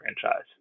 franchise